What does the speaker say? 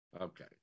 Okay